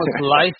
life